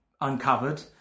uncovered